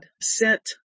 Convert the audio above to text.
sent